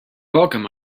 welcome